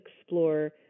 explore